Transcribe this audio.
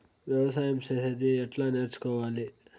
వ్యవసాయం చేసేది ఎట్లా నేర్చుకోవాలి?